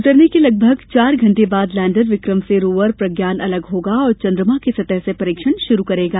उतरने के लगभग चार घंटे बाद लैंडर विक्रम से रोवर प्रज्ञान अलग होगा और चंद्रमा की सतह से परीक्षण शुरू करेगा